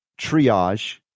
triage